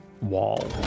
wall